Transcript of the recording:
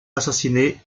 assassiner